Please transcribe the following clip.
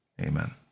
Amen